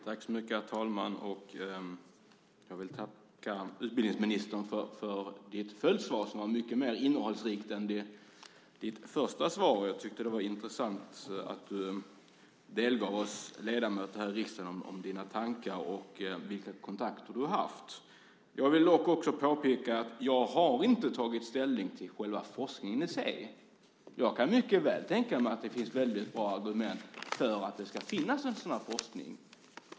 Herr talman! Jag vill tacka utbildningsministern för följdsvaret, som var mycket mer innehållsrikt än det första svaret. Jag tyckte att det var intressant att du delgav oss riksdagsledamöter dina tankar och vilka kontakter du har haft. Jag vill dock påpeka att jag inte har tagit ställning till forskningen i sig. Jag kan mycket väl tänka mig att det finns väldigt bra argument för att det ska finnas en sådan här forskning.